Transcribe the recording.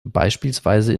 beispielsweise